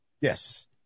Yes